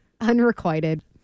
Unrequited